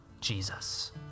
Jesus